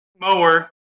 mower